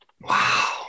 wow